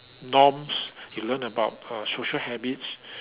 norms you learn about uh social habits